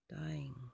dying